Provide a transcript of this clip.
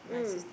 mm